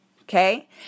Okay